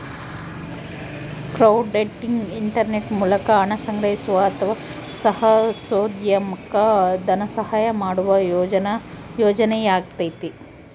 crowdfunding internet ಮೂಲಕ ಹಣ ಸಂಗ್ರಹಿಸುವ ಅಥವಾ ಸಾಹಸೋದ್ಯಮುಕ್ಕ ಧನಸಹಾಯ ಮಾಡುವ ಯೋಜನೆಯಾಗೈತಿ